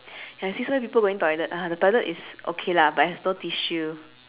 ya I see so many people going toilet ah the toilet is okay lah but has no tissue